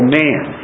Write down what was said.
man